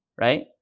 right